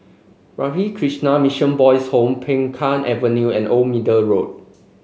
Ramakrishna Mission Boys' Home Peng Kang Avenue and Old Middle Road